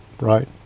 right